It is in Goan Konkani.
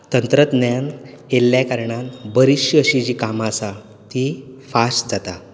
तंत्रज्ञान येयल्ले कारणान बरीचशीं अशीं कामां आसात तीं फास्ट जातात